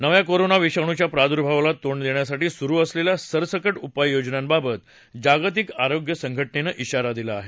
नव्या कोरोना विषाणूच्या प्रादुर्भावाला तोंड देण्यासाठी सुरु असलेल्या सरसका उपाययोजनांबाबत जागतिक आरोग्य संघ उनं इशारा दिला आहे